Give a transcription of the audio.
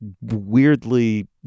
weirdly